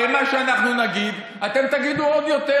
הרי מה שאנחנו נגיד, אתם תגידו עוד יותר.